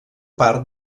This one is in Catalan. part